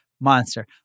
monster